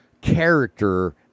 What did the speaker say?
character